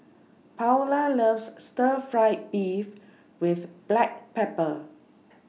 Paola loves Stir Fried Beef with Black Pepper